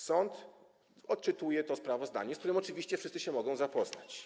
Sąd odczytuje to sprawozdanie, z którym oczywiście wszyscy mogą się zapoznać.